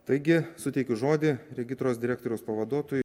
taigi suteikiu žodį regitros direktoriaus pavaduotojui